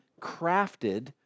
crafted